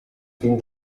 fin